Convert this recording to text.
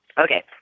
Okay